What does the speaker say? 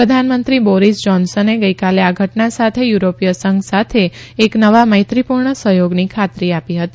પ્રધાનમંત્રી બોરીસ જહોનસને ગઇકાલે આ ઘટના સાથે યુરોપીય સંઘ સાથે એક નવા મૈત્રીપુર્ણ સહયોગની ખાતીર આપી હતી